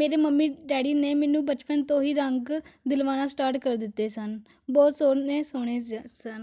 ਮੇਰੇ mummy daddy ਨੇ ਮੈਨੂੰ ਬਚਪਨ ਤੋਂ ਹੀ ਰੰਗ ਦਿਲਵਾਣਾ ਸਟਾਰਟ ਕਰ ਦਿੱਤੇ ਸਨ ਬਹੁਤ ਸੋਹਣੇ ਸੋਹਣੇ ਸ ਸਨ